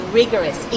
rigorous